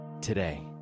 today